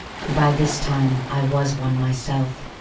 for by this time i was one myself.